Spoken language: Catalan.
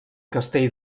castell